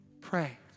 pray